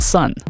Sun